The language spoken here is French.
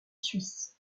suisses